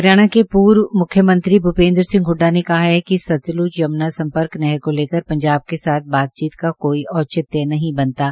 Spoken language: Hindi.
हरियाणा के पूर्व मुख्यमंत्री भूपेंद्र सिंह हड्डा ने कहा कि सतलुज यमुना सम्पर्क नहर को लेकर पंजाब के साथ बातचीत का कोई औचित्य नहीं बनता है